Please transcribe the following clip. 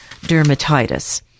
dermatitis